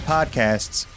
Podcasts